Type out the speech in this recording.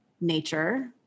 nature